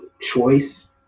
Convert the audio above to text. choice